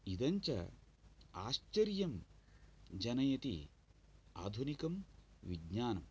इदञ्च आश्चर्यं जनयति आधुनिकं विज्ञानम्